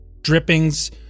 drippings